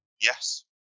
Yes